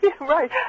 Right